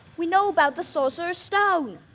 we know about the sorcerer's stone.